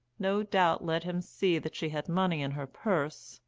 no doubt let him see that she had money in her purse,